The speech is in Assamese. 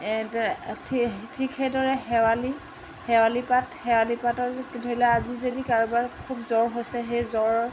ঠিক সেইদৰে শেৱালি শেৱালি পাত শেৱালি পাতৰ ধৰি ল আজি যদি কাৰোবাৰ খুব জ্বৰ হৈছে সেই জ্বৰ